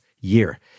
year